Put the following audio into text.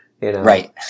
Right